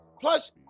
plus